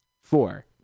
Four